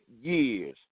years